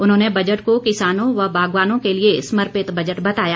उन्होंने बजट को किसानों व बागवानों के लिए समर्पित बजट बताया